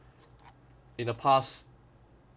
in the past